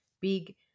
big